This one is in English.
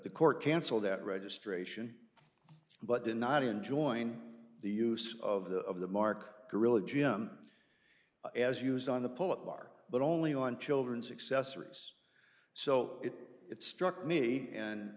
the court cancel that registration but did not enjoin the use of the of the mark gorilla gym as used on the pull up bar but only on children's accessories so it struck me and